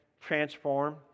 transform